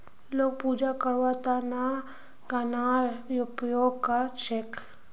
लोग पूजा करवार त न गननार उपयोग कर छेक